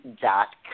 dot